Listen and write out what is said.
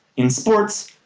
in sports,